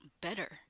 better